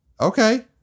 Okay